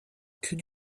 could